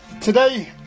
Today